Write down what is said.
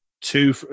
two